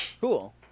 Cool